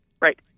Right